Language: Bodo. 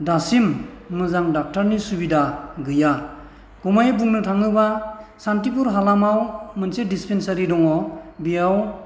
दासिम मोजां डक्ट'रनि सुबिदा गैया गमामायै बुंनो थाङोबा सान्तिपुर हालामाव मोनसे डिसपेन्सारि दङ बेयाव